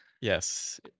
Yes